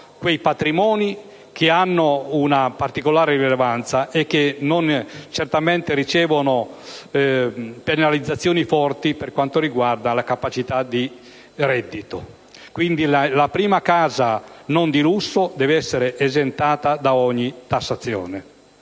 quei patrimoni che hanno una particolare rilevanza e che certamente non ricevono forti penalizzazioni per quanto riguarda la capacità di reddito. La prima casa non di lusso deve quindi essere esentata da ogni tassazione;